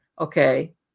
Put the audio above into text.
okay